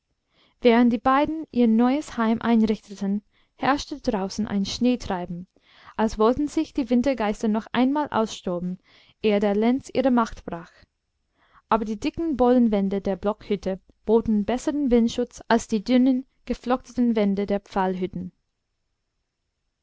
während die beiden ihr neues heim einrichteten herrschte draußen ein schneetreiben als wollten sich die wintergeister noch einmal austoben ehe der lenz ihre macht brach aber die dicken bohlenwände der blockhütte boten besseren windschutz als die dünnen geflochtenen wände der